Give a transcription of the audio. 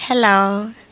Hello